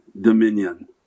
dominion